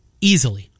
easily